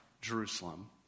Jerusalem